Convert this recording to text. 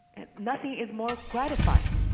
and nothing is more gratifying,